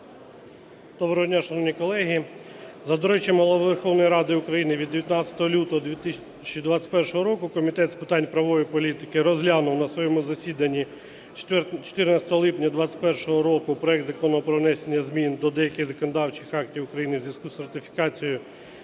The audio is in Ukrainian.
Доброго дня, шановні колеги! За дорученням Голови Верховної Ради України від 19 лютого 2021 року Комітет з питань правової політики розглянув на своєму засіданні 14 липня 21-го року проект Закону про внесення змін до деяких законодавчих актів України у зв'язку з ратифікацією